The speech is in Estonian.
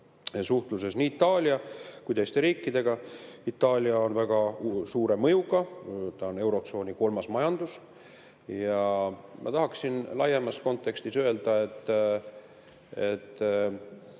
suhtluses nii Itaalia kui ka teiste riikidega. Itaalia on väga suure mõjuga, ta on eurotsooni kolmas majandus. Ja ma tahaksin laiemas kontekstis öelda, et